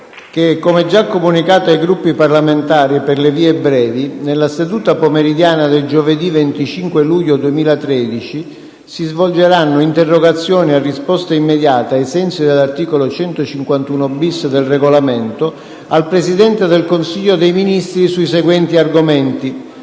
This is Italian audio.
come già comunicato ai Gruppi parlamentari per le vie brevi, nella seduta pomeridiana di giovedì 25 luglio 2013 si svolgeranno interrogazioni a risposta immediata, ai sensi dell'articolo 151-*bis* del Regolamento, al Presidente del Consiglio dei ministri sui seguenti argomenti: